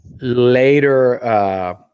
Later